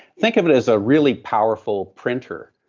think of it as a really powerful printer.